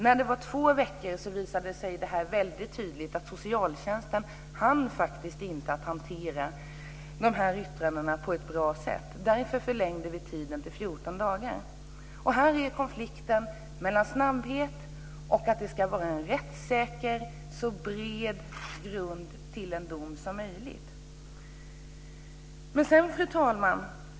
När det var två veckor visade det sig tydligt att socialtjänsten inte hann hantera yttrandena på ett bra sätt. Därför förlängdes tiden till 14 dagar. Här är konflikten mellan snabbhet och att det ska vara en rättssäker så bred grund till en dom som möjligt. Fru talman!